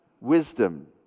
wisdom